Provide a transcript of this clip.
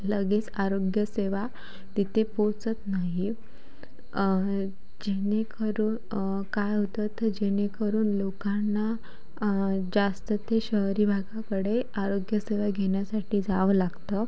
लगेच आरोग्यसेवा तिथे पोचत नाही जेणेकरून काय होतं तर जेणेकरून लोकांना जास्त ते शहरी भागाकडे आरोग्यसेवा घेण्यासाठी जावं लागतं